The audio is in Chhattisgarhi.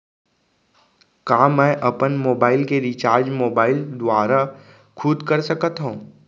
का मैं अपन मोबाइल के रिचार्ज मोबाइल दुवारा खुद कर सकत हव?